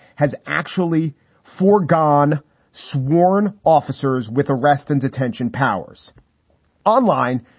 has actually forgone sworn officers with arrest and detention powers online.